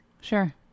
Sure